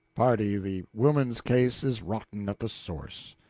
pardy, the woman's case is rotten at the source.